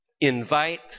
invite